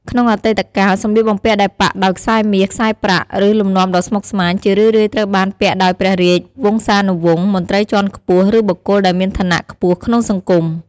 ក្នុងអតីតកាល សម្លៀកបំពាក់ដែលប៉ាក់ដោយខ្សែមាស ខ្សែប្រាក់ ឬលំនាំដ៏ស្មុគស្មាញ ជារឿយៗត្រូវបានពាក់ដោយព្រះរាជវង្សានុវង្ស មន្ត្រីជាន់ខ្ពស់ ឬបុគ្គលដែលមានឋានៈខ្ពស់ក្នុងសង្គម។